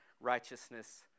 righteousness